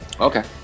Okay